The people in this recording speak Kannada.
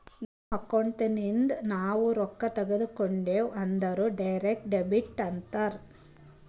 ನಮ್ ಅಕೌಂಟ್ ನಾಗಿಂದ್ ನಾವು ರೊಕ್ಕಾ ತೇಕೊಂಡ್ಯಾವ್ ಅಂದುರ್ ಡೈರೆಕ್ಟ್ ಡೆಬಿಟ್ ಅಂತಾರ್